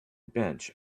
bench